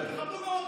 על זה תדבר.